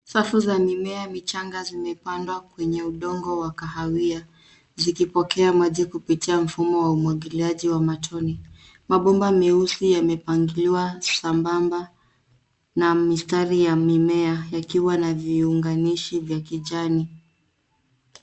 Safu za mimea michanga zimepangwa kwenye udongo wa kahawia zikipokea maji kupitia mfumo wa umwagiliaji wa maji ya matone. Mabomba meusi yamepangiwa sambamba na mistari ya mimea yakiwa na viunganishi vya kijani.